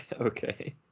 okay